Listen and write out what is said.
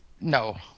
No